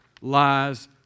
lies